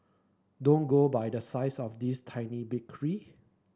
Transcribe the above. don't go by the size of this tiny bakery